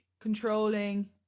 Controlling